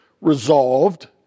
resolved